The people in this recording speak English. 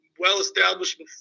well-established